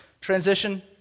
Transition